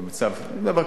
אני מדבר,